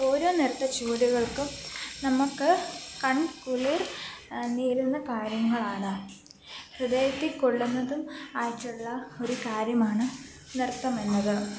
ഓരോ നൃത്ത ചുവടുകൾക്കും നമുക്ക് കൺകുളിർ നേരുന്ന കാര്യങ്ങളാണ് ഹൃദയത്തിൽ കൊള്ളുന്നതും ആയിട്ടുള്ള ഒരു കാര്യമാണ് നൃത്തം എന്നത്